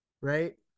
right